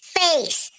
face